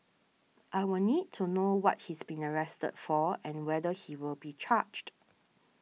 I will need to know what he's been arrested for and whether he will be charged